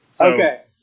Okay